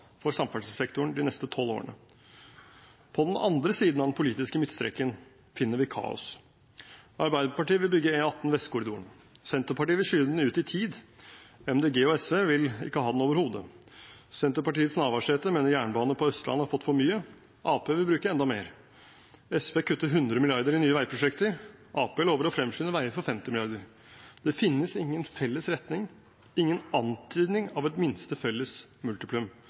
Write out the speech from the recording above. for samferdselssektoren de neste tolv årene. På den andre siden av den politiske midtstreken finner vi kaos. Arbeiderpartiet vil bygge E18 Vestkorridoren, Senterpartiet vil skyve den ut i tid. Miljøpartiet De Grønne og SV vil ikke ha den overhodet. Senterpartiets Liv Signe Navarsete mener jernbane på Østlandet har fått for mye, Arbeiderpartiet vil bruke enda mer. SV kutter 100 mrd. kr i nye veiprosjekter, Arbeiderpartiet lover å fremskynde veier for 50 mrd. kr. Det finnes ingen felles retning, ingen antydning av et minste felles multiplum.